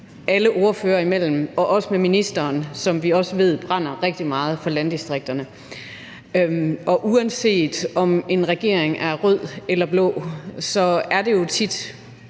alle ordførere imellem og også med ministeren, som vi også ved brænder rigtig meget for landdistrikterne. Og uanset om en regering er rød eller blå, er det jo tit